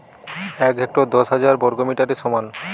এক হেক্টর দশ হাজার বর্গমিটারের সমান